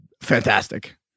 fantastic